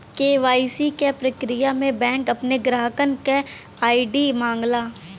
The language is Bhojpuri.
के.वाई.सी क प्रक्रिया में बैंक अपने ग्राहकन क आई.डी मांगला